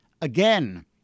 again